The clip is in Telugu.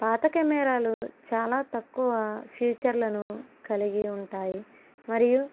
పాత కెమెరాలు చాలా తక్కువ ఫీచర్లను కలిగి ఉంటాయి మరియు